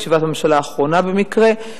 בישיבת הממשלה האחרונה במקרה,